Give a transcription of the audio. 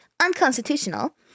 unconstitutional